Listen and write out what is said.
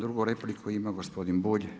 Drugu repliku ima gospodin Bulj.